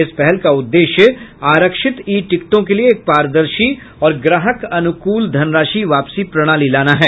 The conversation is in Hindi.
इस पहल का उद्देश्य आरक्षित ई टिकटों के लिए एक पारदर्शी और ग्राहक अनुकूल धनराशि वापसी प्रणाली लाना है